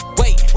wait